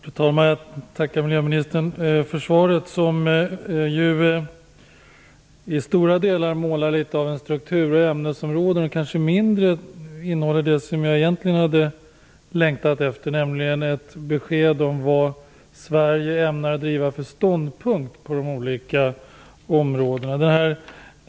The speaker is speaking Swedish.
Fru talman! Jag tackar miljöministern för svaret. Det målar upp en bild av strukturen och ämnesområdena och innehåller mindre av det som jag egentligen hade längtat efter, nämligen ett besked om vad Sverige ämnar driva för ståndpunkt på dessa olika områden.